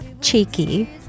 cheeky